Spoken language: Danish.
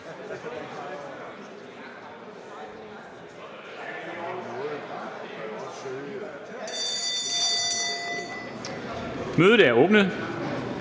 Mødet er hævet.